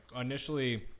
Initially